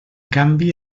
canvi